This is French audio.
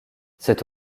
c’est